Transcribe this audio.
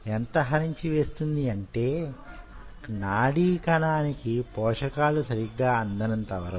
ఎంత హరించి వేస్తుంది అంటే నాడీ కణానికి పోషకాలు సరిగా అందనంత వరకు